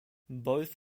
both